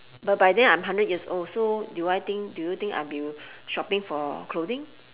but by then I'm hundred years old so do I think do you think I'll be shopping for clothing